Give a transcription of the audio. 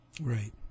Right